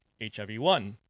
HIV-1